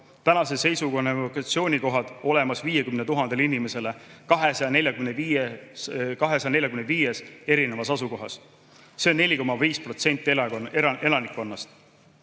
Tänase seisuga on evakuatsioonikohad olemas 50 000 inimesele 245 erinevas asukohas. See on 4,5% elanikkonnast.